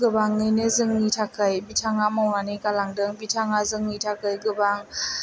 गोबाङैनो जोंनि थाखाय बिथाङा मावनानै गालांदों बिथाङा जोंनि थाखाय गोबां